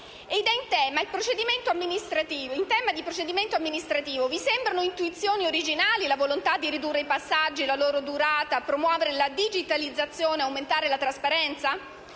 in tema di procedimento amministrativo, vi sembrano intuizioni originali la volontà di ridurre i passaggi, la loro durata, promuovere la digitalizzazione, aumentare la trasparenza?